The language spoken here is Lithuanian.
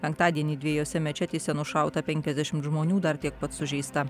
penktadienį dviejose mečetėse nušauta penkiasdešimt žmonių dar tiek pat sužeista